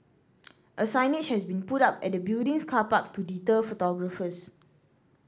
a signage has been put up at the building's car park to deter photographers